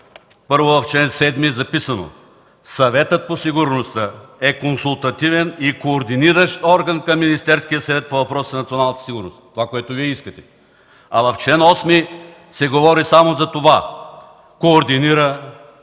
първо, в чл. 7 е записано: „Съветът по сигурността е консултативен и координиращ орган към Министерския съвет по въпросите на националната сигурност” – това, което Вие искате, а в чл. 8 се говори, че „координира,